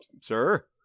sir